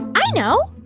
i know